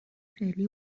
فعلی